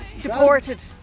deported